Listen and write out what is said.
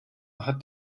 hat